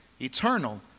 Eternal